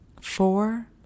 Four